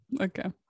Okay